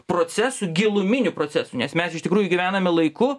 procesų giluminių procesų nes mes iš tikrųjų gyvename laiku